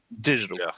digital